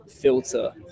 filter